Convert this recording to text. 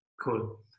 Cool